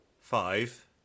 five